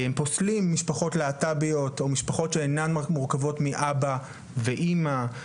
פוסלים משפחות להט"ביות או משפחות שאינן מורכבות מאבא ואמא,